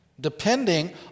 depending